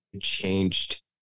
changed